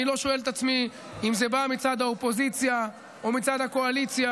אני לא שואל את עצמי אם זה בא מצד האופוזיציה או מצד הקואליציה.